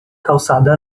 calçada